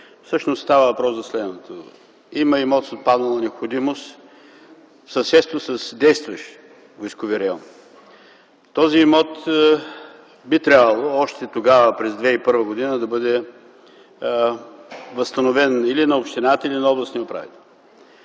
Всъщност става въпрос за следното: има имот с отпаднала необходимост в съседство с действащ войскови район. Този имот би трябвало още тогава през 2001 г. да бъде възстановен или на общината, или на областния управител.